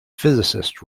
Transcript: physicist